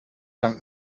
dank